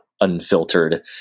unfiltered